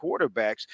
quarterbacks